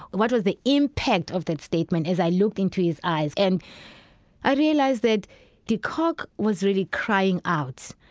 what was the impact of that statement as i looked into his eyes? and i realized that de kock was really crying out.